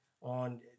on